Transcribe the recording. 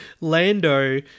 Lando